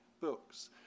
books